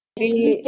ringgit